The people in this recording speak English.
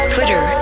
Twitter